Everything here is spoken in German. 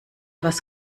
was